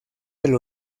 del